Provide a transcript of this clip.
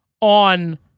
on